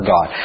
God